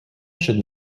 should